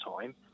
time